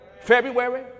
February